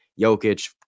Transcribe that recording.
Jokic